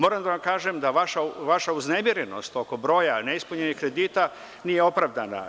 Moram da vam kažem da vaša uznemirenost oko broja neispunjenih kredita nije opravdana.